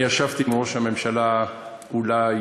אני ישבתי עם ראש הממשלה אולי,